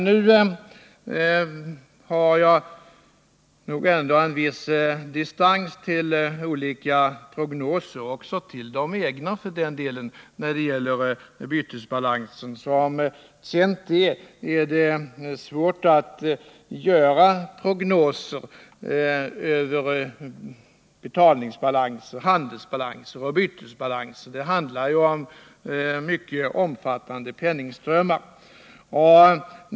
Nu har jag nog ändå en viss distans till olika prognoser — också till de egna för den delen — när det gäller bytesbalansen. Det är som bekant svårt att göra prognoser över betalningsbalanser, handelsbalanser och bytesbalanser. Det handlar ju om mycket omfattande penningströmmar.